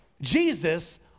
Jesus